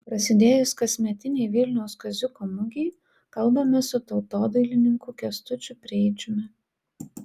prasidėjus kasmetinei vilniaus kaziuko mugei kalbamės su tautodailininku kęstučiu preidžiumi